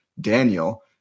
Daniel